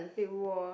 it was